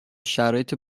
شرایط